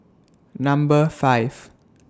Number five